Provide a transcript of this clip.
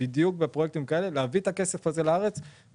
אחרי